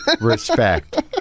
respect